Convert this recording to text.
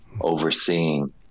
overseeing